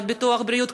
ביטוח בריאות,